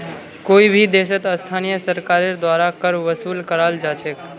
कोई भी देशत स्थानीय सरकारेर द्वारा कर वसूल कराल जा छेक